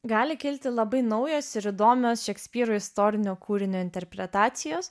gali kilti labai naujos ir įdomios šekspyro istorinio kūrinio interpretacijos